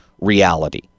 reality